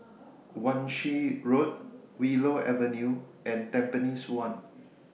Wan Shih Road Willow Avenue and Tampines one